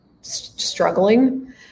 struggling